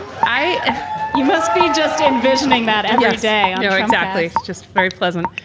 i you must be just envisioning that every day exactly. just very pleasant.